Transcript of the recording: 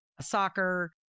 soccer